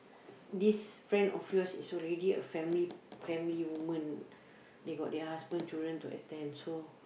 this friend of yours is already a family family woman they got their husband children to attend so